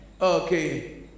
Okay